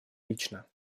лично